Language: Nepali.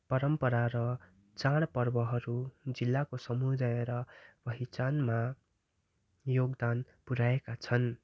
परम्परा र चाडपर्वहरू जिल्लाको समुदाय पहिचानमा योगदान पुर्याएका छन्